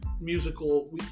musical